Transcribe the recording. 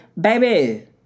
Baby